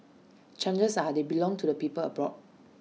chances are they belong to people abroad